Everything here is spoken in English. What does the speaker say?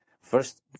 first